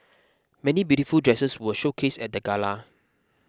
many beautiful dresses were showcased at the gala